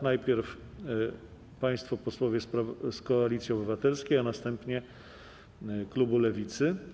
Najpierw państwo posłowie z Koalicji Obywatelskiej, a następnie z klubu Lewicy.